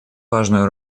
важную